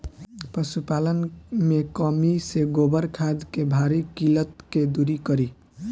पशुपालन मे कमी से गोबर खाद के भारी किल्लत के दुरी करी?